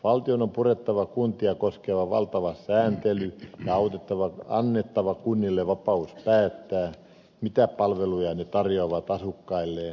valtion on purettava kuntia koskeva valtava sääntely ja annettava kunnille vapaus päättää mitä palveluja ne tarjoavat asukkailleen